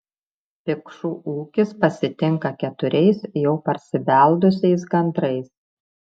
pikšų ūkis pasitinka keturiais jau parsibeldusiais gandrais